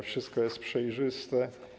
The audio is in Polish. Wszystko jest przejrzyste.